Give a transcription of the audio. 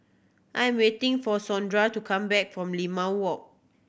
I am waiting for Sondra to come back from Limau Walk